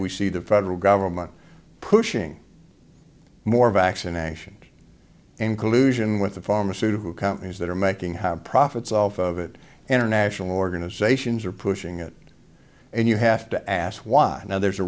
we see the federal government pushing more vaccination inclusion with the pharmaceutical companies that are making higher profits off of it international organizations are pushing it and you have to ask why now there's a